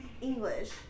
English